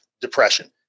depression